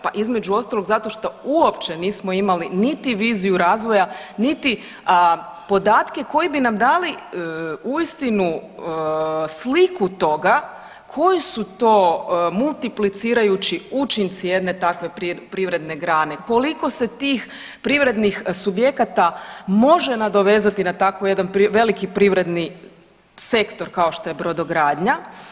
Pa između ostalog zato što uopće nismo imali niti viziju razvoja, niti podatke koji bi nam dali uistinu sliku toga koji su to multiplicirajući učinci jedne takve prirodne grane, koliko se tih privrednih subjekata može nadovezati na jedan tako veliki privredni sektor kao što je brodogradnja.